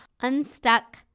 unstuck